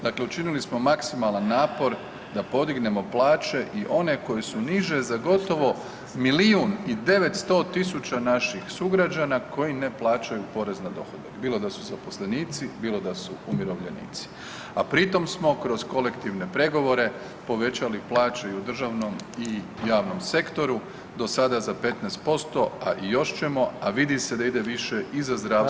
Dakle, učinili smo maksimalan napor da podignemo plaće i one koje su niže za gotovo milijun i 900 tisuća naših sugrađana koji ne plaćaju porez na dohodak, bilo da su zaposlenici, bilo da su umirovljenici, a pritom smo kroz kolektivne pregovore povećali plaću i u državnom i u javnom sektoru do sada za 15%, a i još ćemo, a vidi se da ide više i za zdravstvo [[Upadica: Hvala vam.]] i za školstvo.